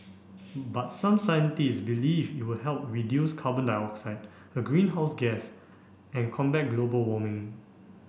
but some scientists believe it will help reduce carbon dioxide a greenhouse gas and combat global warming